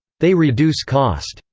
they reduce cost.